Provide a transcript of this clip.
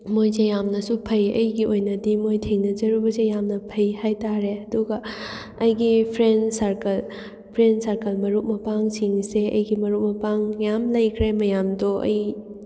ꯃꯣꯏꯁꯦ ꯌꯥꯝꯅꯁꯨ ꯐꯩ ꯑꯩꯒꯤ ꯑꯣꯏꯅꯗꯤ ꯃꯣꯏ ꯊꯦꯡꯅꯖꯔꯨꯕꯁꯦ ꯌꯥꯝꯅ ꯐꯩ ꯍꯥꯏ ꯇꯥꯔꯦ ꯑꯗꯨꯒ ꯑꯩꯒꯤ ꯐ꯭ꯔꯦꯟ ꯁꯥꯔꯀꯜ ꯐ꯭ꯔꯦꯟ ꯁꯥꯔꯀꯜ ꯃꯔꯨꯞ ꯃꯄꯥꯡꯁꯤꯡꯁꯦ ꯑꯩꯒꯤ ꯃꯔꯨꯞ ꯃꯄꯥꯡ ꯃꯌꯥꯝ ꯂꯩꯈ꯭ꯔꯦ ꯃꯌꯥꯝꯗꯣ ꯑꯩ